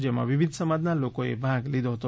જેમાં વિવિધ સમાજના લોકોએ ભાગ લીધો હતો